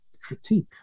critique